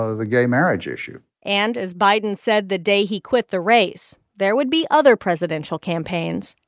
ah the gay marriage issue and as biden said the day he quit the race, there would be other presidential campaigns,